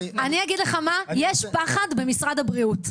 אני אגיד לך מה, יש פחד במשרד הבריאות.